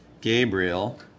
Gabriel